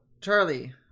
Charlie